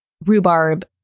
rhubarb